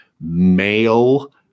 male